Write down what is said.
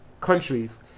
countries